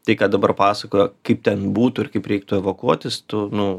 tai ką dabar pasakoju kaip ten būtų ir kaip reiktų evakuotis tu nu